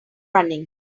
running